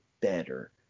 better